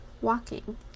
walking